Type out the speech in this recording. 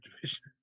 division